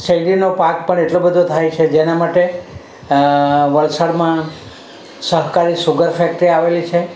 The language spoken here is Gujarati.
શેરડીનો પાક પણ એટલો બધો થાય છે જેના માટે વલસાડમાં સહકારી સુગર ફેક્ટરી આવેલી છે